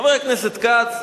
חבר הכנסת כץ,